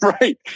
Right